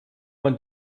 man